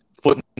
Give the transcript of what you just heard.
foot